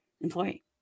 employee